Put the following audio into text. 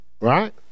Right